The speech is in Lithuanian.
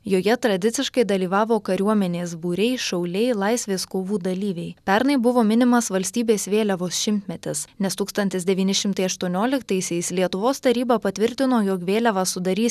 joje tradiciškai dalyvavo kariuomenės būriai šauliai laisvės kovų dalyviai pernai buvo minimas valstybės vėliavos šimtmetis nes tūkstantis devyni šimtai aštuonioliktaisiais lietuvos taryba patvirtino jog vėliavą sudarys